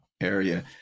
area